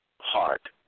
heart